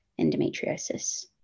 endometriosis